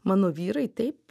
mano vyrai taip